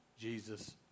Jesus